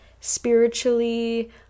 spiritually